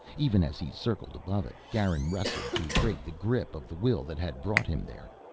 even as he circled above it, garin wrested to break the grip of the will that had brought him there.